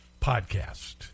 podcast